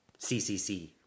CCC